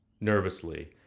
nervously